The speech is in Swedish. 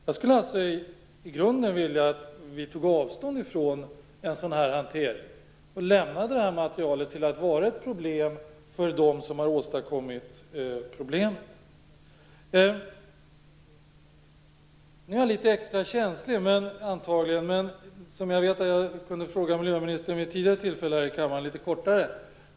Jag skulle alltså i grunden vilja att vi tog avstånd från en sådan här hantering och lät det här materialet vara ett problem för dem som har åstadkommit problemet. Jag är antagligen litet extra känslig. Jag vet att jag kort kunde fråga miljöministern om det här vid ett tidigare tillfälle i kammaren.